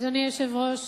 אדוני היושב-ראש,